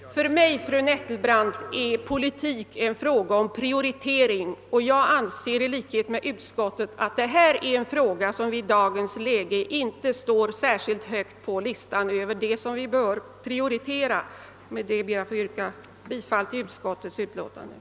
För mig, fru Nettelbrandt, är politiken en fråga om prioritering, och jag anser i likhet med utskottets majoritet att den föreliggande frågan i dagens läge inte står särskilt högt på listan över det som vi bör prioritera. Herr talman! Med det sagda ber jag att få yrka bifall till utskottets hemställan.